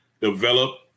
develop